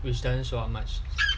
which doesn't show how much